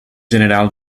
general